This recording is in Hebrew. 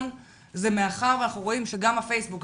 היא שמאחר שאנחנו רואים שגם הפייסבוק,